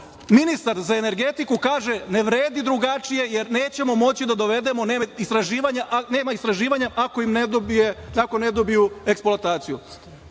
ministar za energetiku kaže – ne vredi drugačije, jer nećemo moći da dovedemo istraživanja, a nema istraživanja, ako ne dobiju eksploataciju.